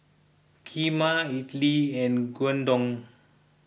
Kheema Idili and Gyudon